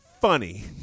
Funny